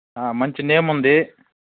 మంచి నేమ్ ఉంది